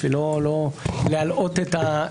בשביל לא להלאות את השומעים.